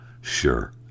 sure